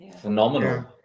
phenomenal